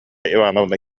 ивановна